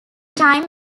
time